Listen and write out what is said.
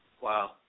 Wow